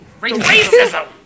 racism